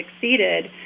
succeeded